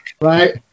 right